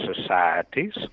societies